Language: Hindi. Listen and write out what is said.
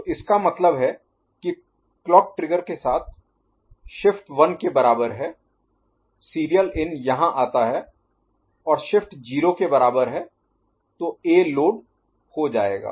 तो इसका मतलब है कि क्लॉक ट्रिगर के साथ शिफ्ट 1 के बराबर है सीरियल इन यहां आता हैं और शिफ्ट 0 के बराबर है तो ए लोड हो जाएगा